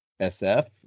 SF